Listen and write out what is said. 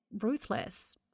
ruthless